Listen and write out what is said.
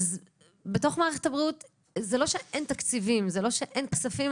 אז בתוך מערכת הבריאות זה לא שאין תקציבים וזה לא שאין כספים.